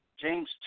James